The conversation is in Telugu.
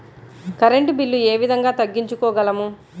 కరెంట్ బిల్లు ఏ విధంగా తగ్గించుకోగలము?